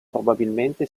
probabilmente